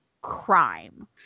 crime